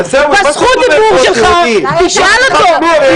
בזכות דיבור שלך תשאל אותו.